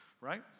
right